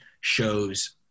shows